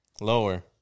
Lower